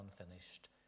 unfinished